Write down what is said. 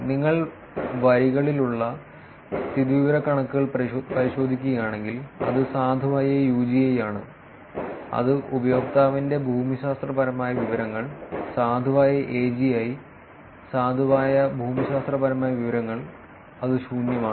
നിങ്ങൾ വരികളിലുള്ള സ്ഥിതിവിവരക്കണക്കുകൾ പരിശോധിക്കുകയാണെങ്കിൽ അത് സാധുവായ UGI ആണ് അത് ഉപയോക്താവിന്റെ ഭൂമിശാസ്ത്രപരമായ വിവരങ്ങൾ സാധുവായ AGI സാധുവായ ഭൂമിശാസ്ത്രപരമായ വിവരങ്ങൾ അത് ശൂന്യമാണ്